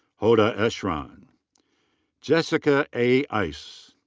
hoda ehsan. jessica a. eise.